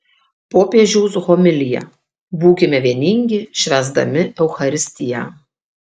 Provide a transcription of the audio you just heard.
popiežiaus homilija būkime vieningi švęsdami eucharistiją